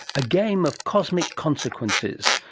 a game of cosmic consequences,